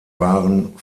waren